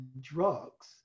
drugs